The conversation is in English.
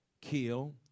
Kill